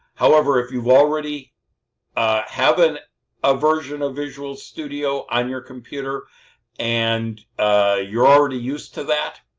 however, if you already have an a version of visual studio on your computer and you're already used to that,